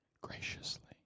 graciously